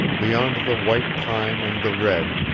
beyond the white pine and the red,